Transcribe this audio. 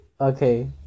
Okay